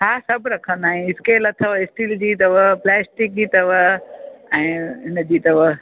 हा सभु रखंदा आहियूं स्केल अथव स्टील ॼी अथव प्लास्टिक ॼी अथव ऐं हिनजी अथव